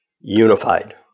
unified